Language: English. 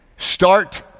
Start